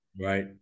Right